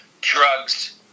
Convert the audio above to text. Drugs